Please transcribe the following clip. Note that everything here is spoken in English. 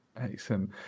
excellent